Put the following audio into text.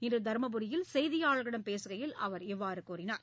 இன்று தர்மபுரியில் செய்தியாளர்களிடம் பேசுகையில் அவர் இவ்வாறு கூறினார்